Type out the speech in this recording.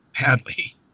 badly